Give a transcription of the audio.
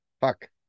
fuck